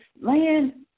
land